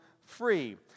free